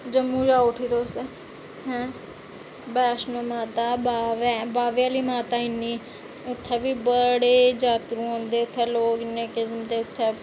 जम्मू जाओ उठी तुस ऐं वैष्णो माता बाह्वे बाह्वे आह्ली माता इन्नी उत्थै बी बड़े जात्तरू औंदे उत्थै लोक इन्ने किस्म दे उत्थै